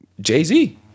Jay-Z